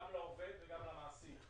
גם לעובד וגם למעסיק.